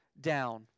down